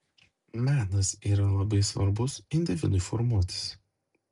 menas yra labai svarbus individui formuotis